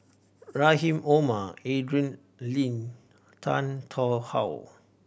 Rrahim Omar Adrin Loi Tan Tarn How